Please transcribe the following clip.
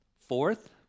Fourth